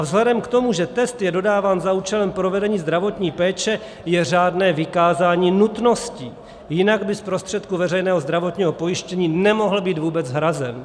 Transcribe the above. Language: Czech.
Vzhledem k tomu, že test je dodáván za účelem provedení zdravotní péče, je řádné vykázání nutností, jinak by z prostředků veřejného zdravotního pojištění nemohl být vůbec hrazen.